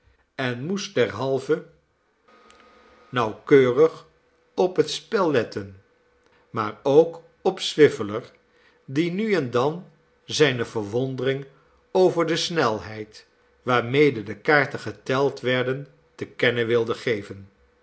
en moest derhalve nauwnelly keurig op het spel letten maar ook swiveller die nu en dan zijne verwondering over de snelheid waarmede de kaarten geteld werden te kennen wilde geven